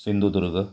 Sindhudurg